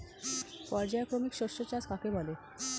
পর্যায়ক্রমিক শস্য চাষ কাকে বলে?